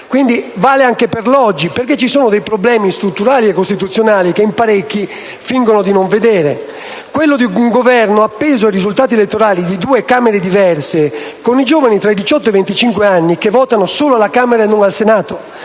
questo vale anche per l'oggi, perché ci sono dei problemi strutturali e costituzionali che in parecchi fingono di non vedere, come quello di un Governo appeso ai risultati elettorali di due Camere diverse, con i giovani tra i 18 e i 25 anni che votano solo alla Camera dei deputati